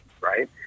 right